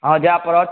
हँ जाय परत